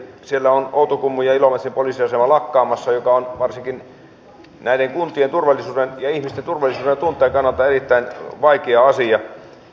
siellä on outokummun ja ilomantsin poliisiasemat lakkaamassa mikä on varsinkin näiden kuntien turvallisuuden ja ihmisten turvallisuudentunteen kannalta erittäin vaikea asia